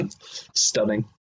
Stunning